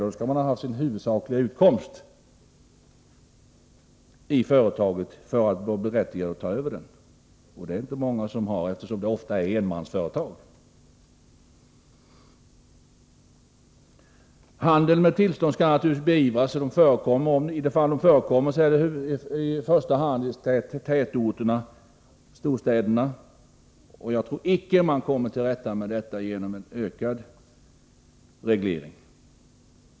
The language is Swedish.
Man skall ha sin huvudsakliga utkomst i företaget för att vara berättigad att ta över, och det är det inte många som har, eftersom det ofta är fråga om enmansföretag. Handeln med tillstånd skall naturligtvis beivras i de fall den förekommer. Det är i första hand i tätorterna och storstäderna den förekommer, och jag tror icke att man kommer till rätta med den genom en ökad reglering.